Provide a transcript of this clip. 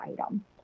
item